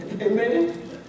Amen